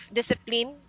discipline